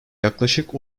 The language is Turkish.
yaklaşık